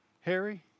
Harry